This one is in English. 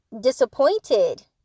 disappointed